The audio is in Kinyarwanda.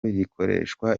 rikoreshwa